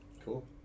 Cool